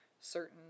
certain